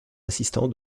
assistants